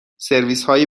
سرویسهای